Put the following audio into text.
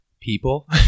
people